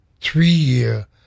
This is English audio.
three-year